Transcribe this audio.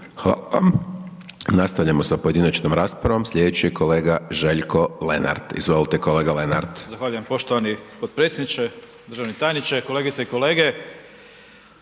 Hvala vam. Nastavljamo s pojedinačnom raspravom, sljedeći je kolega Željko Lenart. Izvolite kolega Lenart. **Lenart, Željko (HSS)** Zahvaljujem poštovani potpredsjedniče, državni tajniče, kolegice i kolege.